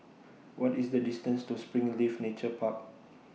What IS The distance to Springleaf Nature Park